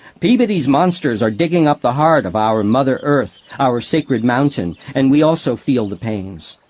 peabody's monsters are digging up the heart of our mother earth, our sacred mountain, and we also feel the pains.